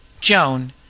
Joan